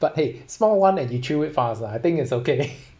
but !hey! small [one] and you chew it fast lah I think it's okay